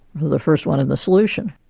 the first one and the solution.